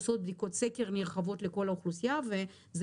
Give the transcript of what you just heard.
יש מדינות שעושות בדיקות סקר נרחבות לכל האוכלוסייה וזה